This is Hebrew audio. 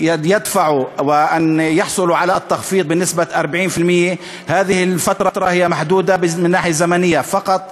לשלם ולהשיג את ההנחה הזאת בשיעור של 40%. מדובר בתקופה מוגבלת.